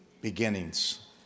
beginnings